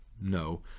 No